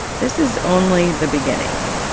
this is only the beginning.